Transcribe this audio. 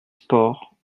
sports